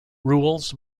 rules